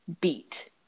beat